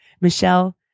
Michelle